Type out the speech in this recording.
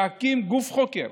להקים גוף חוקר,